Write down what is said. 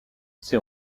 ces